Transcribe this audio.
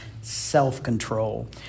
self-control